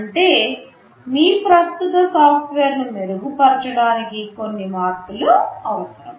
అంటే మీ ప్రస్తుత సాఫ్ట్వేర్ను మెరుగుపరచడానికి కొన్ని మార్పులు అవసరం